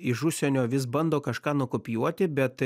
iš užsienio vis bando kažką nukopijuoti bet